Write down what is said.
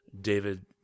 David